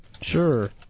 Sure